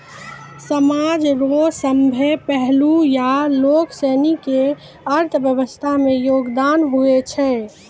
समाज रो सभ्भे पहलू या लोगसनी के अर्थव्यवस्था मे योगदान हुवै छै